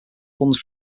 funds